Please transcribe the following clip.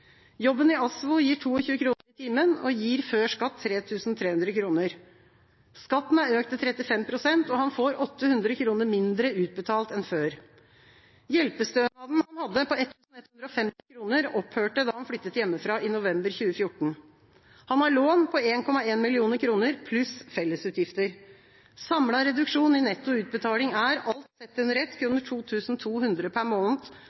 Jobben i ASVO gir 22 kr i timen og gir før skatt 3 300 kr. Skatten er økt til 35 pst., og han får 800 kr mindre utbetalt enn før. Hjelpestønaden han hadde på 1 150 kr, opphørte da han flyttet hjemmefra i november 2014. Han har lån på 1,1 mill. kr pluss fellesutgifter. Samlet reduksjon i netto utbetaling er, alt sett under ett, 2 200 kr per måned,